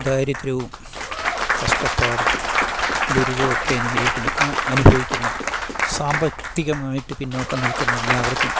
ദാരിദ്ര്യവും കഷ്ടപ്പാടും ദുരിതമൊക്കെ അനുഗ്രഹിക്കുന്ന അനുഭവിക്കുന്ന സാമ്പത്തികമായിട്ട് പിന്നോക്കം നിൽക്കുന്ന എല്ലാവർക്കും